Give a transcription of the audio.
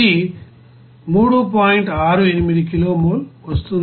68 kilo mole వస్తుంది